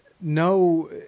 no